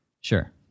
Sure